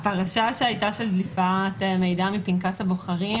הפרשה של דליפת המידע מפנקס הבוחרים,